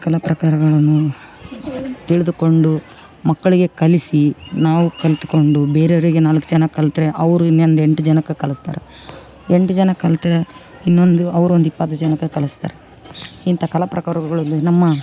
ಕಲಾ ಪ್ರಕಾರಗಳನ್ನು ತಿಳಿದುಕೊಂಡು ಮಕ್ಕಳಿಗೆ ಕಲಿಸಿ ನಾವು ಕಲಿತ್ಕೊಂಡು ಬೇರೆ ಅವರಿಗೆ ನಾಲ್ಕು ಜನ ಕಲಿತ್ರೆ ಅವರು ಇನ್ನೊಂದ್ ಎಂಟು ಜನಕ್ಕೆ ಕಲಿಸ್ತಾರೆ ಎಂಟು ಜನ ಕಲಿತ್ರೆ ಇನ್ನೊಂದು ಅವ್ರೊಂದು ಇಪ್ಪತ್ತು ಜನಕ್ಕೆ ಕಲಿಸ್ತಾರ ಇಂಥ ಕಲಾ ಪ್ರಕಾರಗಳು ನಮ್ಮ